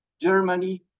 Germany